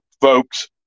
folks